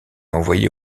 envoyé